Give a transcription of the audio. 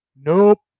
nope